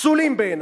פסולים בעיני.